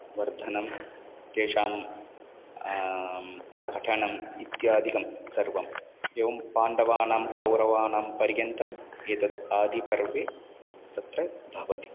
वर्धनं तेषां पठनम् इत्यादिकं सर्वम् एवं पाण्डवानां कौरवानां पर्यन्तं एतद् आदिपर्वे तत्र भवति